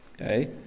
okay